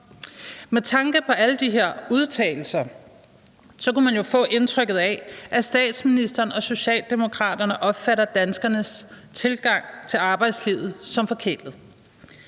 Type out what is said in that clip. Med tanke på alle de her udtalelser kunne man jo få indtrykket af, at statsministeren og Socialdemokraterne opfatter danskernes tilgang til arbejdslivet som forkælet.